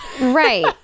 right